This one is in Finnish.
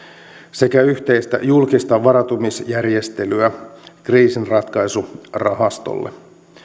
sekä yhteistä julkista varautumisjärjestelyä kriisinratkaisurahastoon